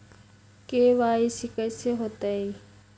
KYC कैसे होतई?